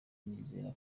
ndizera